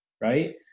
right